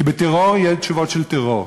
כי בטרור יהיו תשובות של טרור,